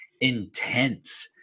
intense